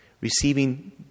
Receiving